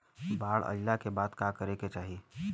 बाढ़ आइला के बाद का करे के चाही?